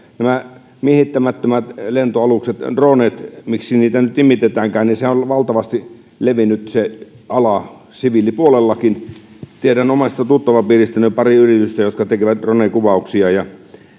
tämä ala nämä miehittämättömät lentoalukset dronet miksi niitä nyt nimitetäänkään on valtavasti levinnyt siviilipuolellakin tiedän omasta tuttavapiiristäni pari yritystä jotka tekevät drone kuvauksia ja